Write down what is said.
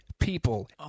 People